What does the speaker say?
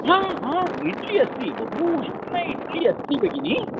हा हा इड्ली अस्ति बहु उष्ण इड्ली अस्ति भगिनि